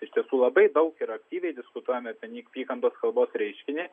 iš tiesų labai daug ir aktyviai diskutuojame apie neapykantos kalbos reiškinį